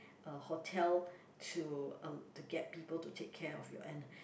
a hotel to uh to get people to take care of your ani~